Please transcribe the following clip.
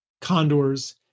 condors